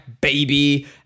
baby